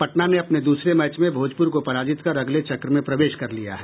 पटना ने अपने दूसरे मैच में भोजपुर को पराजित कर अगले चक्र में प्रवेश कर लिया है